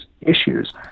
issues